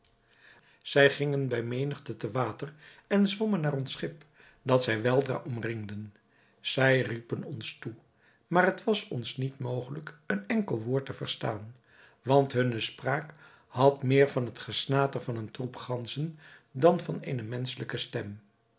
zij gingen bij menigte te water en zwommen naar ons schip dat zij weldra omringden zij riepen ons toe maar het was ons niet mogelijk een enkel woord te verstaan want hunne spraak had meer van het gesnater van een troep ganzen dan van eene menschelijke stem